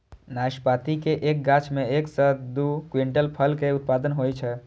नाशपाती के एक गाछ मे एक सं दू क्विंटल फल के उत्पादन होइ छै